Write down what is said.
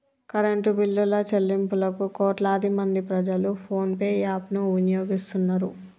current బిల్లుల చెల్లింపులకు కోట్లాది మంది ప్రజలు ఫోన్ పే యాప్ ను వినియోగిస్తున్నరు